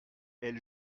elle